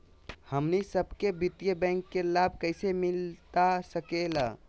हमनी सबके वित्तीय बैंकिंग के लाभ कैसे मिलता सके ला?